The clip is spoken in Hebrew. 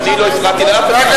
אני לא הפרעתי לאף אחד.